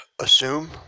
assume